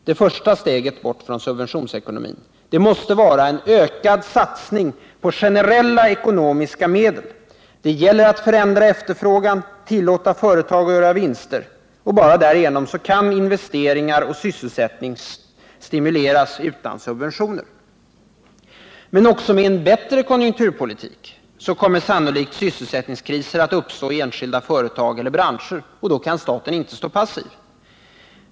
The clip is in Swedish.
Det första steget bort från subventionsekonomin måste vara en ökad satsning på generella ekonomiska medel. Det gäller att förändra efterfrågan och tillåta företagen att göra vinster. Bara därigenom kan investeringar och sysselsättning stimuleras utan subventioner. Men också med en bättre konjunkturpolitik kommer sannolikt sysselsättningskriser att uppstå i enskilda företag eller branscher, och då kan staten inte stå passiv.